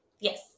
Yes